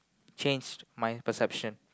changed my perception